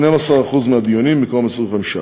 12% מהדיונים במקום 25%,